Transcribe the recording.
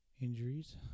injuries